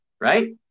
right